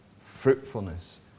fruitfulness